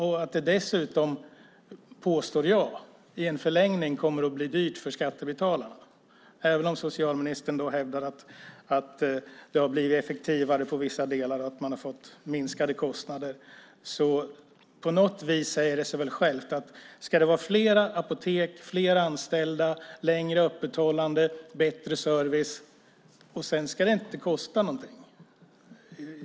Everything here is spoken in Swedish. Det kommer dessutom, påstår jag, i en förlängning att bli dyrt för skattebetalarna, även om socialministern hävdar att det har blivit effektivare i vissa delar och att man har fått minskade kostnader. Det ska vara fler apotek, fler anställda, längre öppettider och bättre service, och sedan ska det inte kosta någonting.